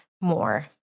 more